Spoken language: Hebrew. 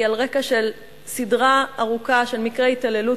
היא על רקע של סדרה ארוכה של מקרי התעללות